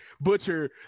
butcher